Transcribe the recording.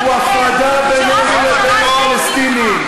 הפתרון האמיתי הוא הפרדה בינינו לבין הפלסטינים.